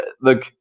look